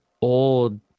old